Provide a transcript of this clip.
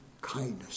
kindness